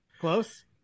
Close